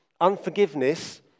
unforgiveness